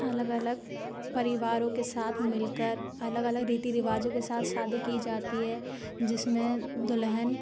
अलग अलग परिवारों के साथ मिल कर अलग अलग रीति रिवाजों के साथ शादी की जाती है जिसमें दुल्हन